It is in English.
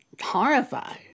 horrified